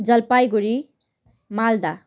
Jalpaiguri Malda